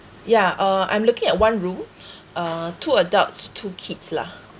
ya uh I'm looking at one room uh two adults two kids lah